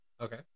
Okay